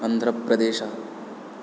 आन्ध्रप्रदेशः